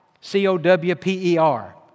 C-O-W-P-E-R